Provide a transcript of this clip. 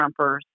Trumpers